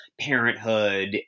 parenthood